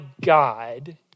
God